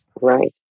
right